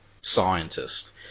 scientist